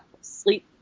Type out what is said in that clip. sleep